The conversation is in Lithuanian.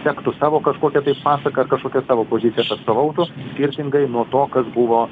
sektų savo kažkokią tai pasaką ar kažkokias savo pozicijas atstovautų priešingai nuo to kas buvo